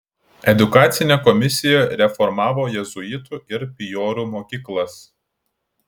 edukacinė komisija reformavo jėzuitų ir pijorų mokyklas